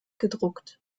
gedruckt